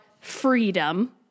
freedom